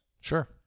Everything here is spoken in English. Sure